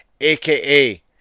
aka